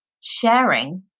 sharing